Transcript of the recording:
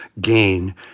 gain